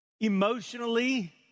emotionally